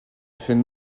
effets